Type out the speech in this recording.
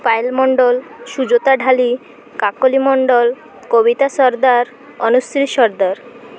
Payal Mondal Sujata Dhali Kakali Mondal Kabita Sardar Anushree Sardar